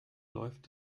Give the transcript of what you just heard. läuft